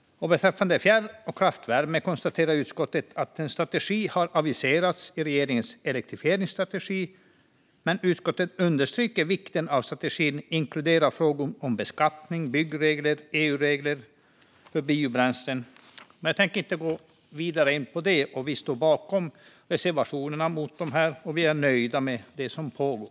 Beträffande fjärr och kraftvärme konstaterar utskottet att en strategi har aviserats i regeringens elektrifieringsstrategi. Men utskottet understryker vikten av att strategin inkluderar frågor om beskattning, byggregler och EU-regler för biobränslen. Jag tänker inte gå vidare in på det. Vi står bakom reservationerna och är nöjda med det som pågår.